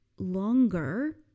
longer